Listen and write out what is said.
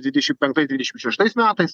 dvidešim penktais dvidešim šeštais metais